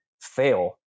fail